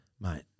mate